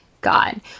god